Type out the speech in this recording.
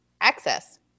Access